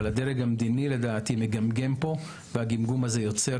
אבל הדרג המדיני לדעתי מגמגם פה והגמגום הזה יוצר